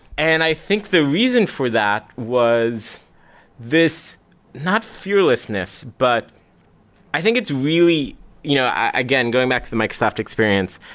and i think the reason for that was this not fearlessness, but i think it's really you know again, going back to the microsoft experience,